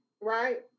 Right